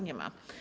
Nie ma.